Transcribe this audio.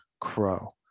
crow